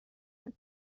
یاد